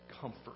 comfort